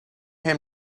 him